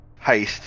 heist